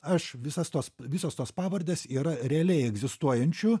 aš visas tos visos tos pavardės yra realiai egzistuojančių